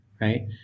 right